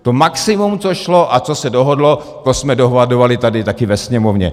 To maximum, co šlo a co se dohodlo, to jsme dohadovali taky tady ve Sněmovně.